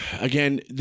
Again